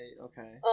okay